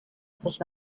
sich